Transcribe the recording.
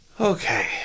Okay